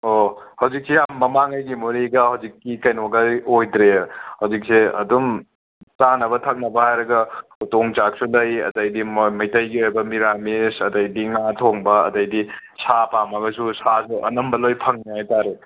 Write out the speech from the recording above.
ꯑꯣ ꯍꯧꯖꯤꯛꯁꯦ ꯌꯥꯝ ꯃꯃꯥꯡꯉꯩꯒꯤ ꯃꯣꯔꯦꯒ ꯍꯧꯖꯤꯛꯀꯤ ꯀꯩꯅꯣꯒ ꯑꯣꯏꯗ꯭ꯔꯦ ꯍꯧꯖꯤꯛꯁꯦ ꯑꯗꯨꯝ ꯆꯥꯅꯕ ꯊꯛꯅꯕ ꯍꯥꯏꯔꯒ ꯎꯇꯣꯡ ꯆꯥꯛꯁꯨ ꯂꯩ ꯑꯗꯩꯗꯤ ꯃ ꯃꯩꯇꯩꯒꯤ ꯑꯣꯏꯕ ꯃꯦꯔꯥꯃꯤꯁ ꯑꯗꯩꯗꯤ ꯉꯥ ꯊꯣꯡꯕ ꯑꯗꯩꯗꯤ ꯁꯥ ꯄꯥꯝꯃꯒꯁꯨ ꯁꯥꯁꯨ ꯑꯅꯝꯕ ꯂꯣꯏꯅ ꯐꯪꯉꯦ ꯍꯥꯏ ꯇꯥꯔꯦ